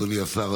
אדוני השר,